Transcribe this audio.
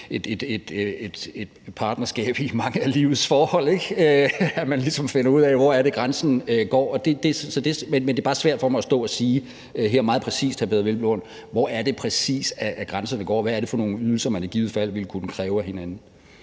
et partnerskab i mange af livets forhold, at man ligesom finder ud af, hvor det er, grænsen går. Men det er bare svært for mig at stå her og sige meget præcist, hr. Peder Hvelplund, hvor det er, grænserne går, og hvad er det for nogen ydelser, man i givet fald ville kunne kræve af hinanden.